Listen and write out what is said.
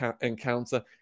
encounter